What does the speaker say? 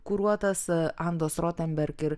kuruotas andos rotamberg ir